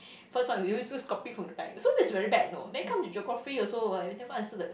first one we always we always copy from the back so that's very bad you know then come to geography also uh never answer the